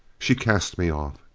she cast me off.